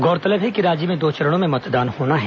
गौरतलब है कि राज्य में दो चरणों में मतदान होना है